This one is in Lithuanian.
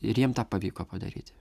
ir jiem tai pavyko padaryti